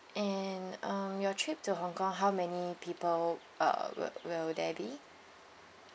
and mm your trip to hong kong how many people uh will will they be